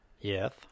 yes